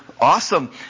awesome